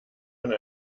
man